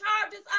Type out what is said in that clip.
charges